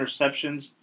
interceptions